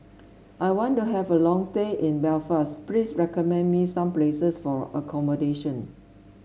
I want to have a long stay in Belfast please recommend me some places for accommodation